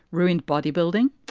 ruined bodybuilding.